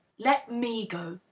let me go,